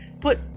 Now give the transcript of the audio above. put